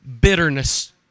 bitterness